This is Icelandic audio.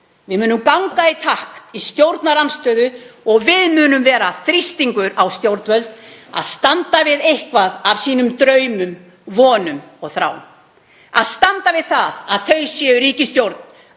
Við munum ganga í takt í stjórnarandstöðu. Og við munum vera þrýstingur á stjórnvöld, að þau standi við eitthvað af sínum draumum, vonum og þrám, að þau standi við að þau séu ríkisstjórn